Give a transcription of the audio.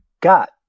got